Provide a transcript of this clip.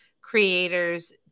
creators